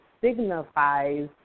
signifies